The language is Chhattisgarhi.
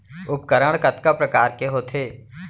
उपकरण कतका प्रकार के होथे?